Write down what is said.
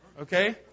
Okay